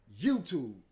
YouTube